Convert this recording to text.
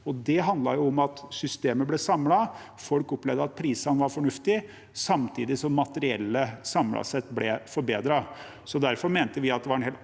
Det handlet om at systemet ble samlet, folk opplevde at prisene var fornuftige, samtidig som materiellet samlet sett ble forbedret. Derfor mente vi det var en